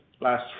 last